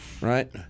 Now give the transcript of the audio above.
Right